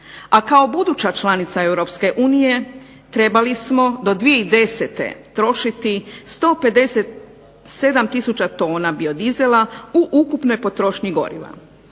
a kao buduća članica EU trebali smo do 2010. trošiti 157 tisuća tona biodizela u ukupnoj potrošnji goriva.